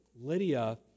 Lydia